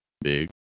big